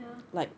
ya